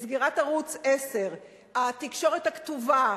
סגירת ערוץ-10, התקשורת הכתובה,